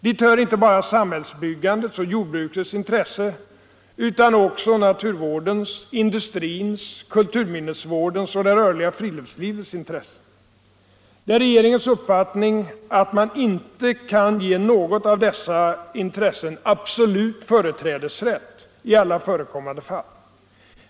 Dit hör inte bara samhällsbyggandets och jordbrukets intressen utan också naturvårdens, industrins, kulturminnesvårdens och det rörliga friluftslivets intressen. Det är regeringens uppfattning att man inte kan ge något av dessa intressen absolut företrädesrätt i alla förekommande fall.